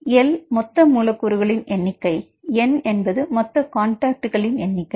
L மொத்த மூலக்கூறுகளின் எண்ணிக்கை N என்பது மொத்த காண்டாக்ட்களின் எண்ணிக்கை